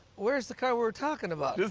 where's the car we were talking about?